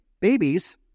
babies